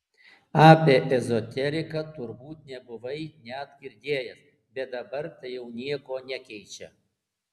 apie ezoteriką turbūt nebuvai net girdėjęs bet dabar tai jau nieko nekeičia